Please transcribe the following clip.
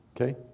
Okay